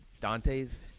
Dante's